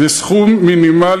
זה סכום מינימלי.